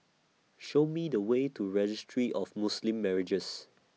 Show Me The Way to Registry of Muslim Marriages